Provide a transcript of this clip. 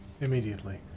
Immediately